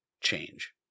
change